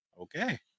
Okay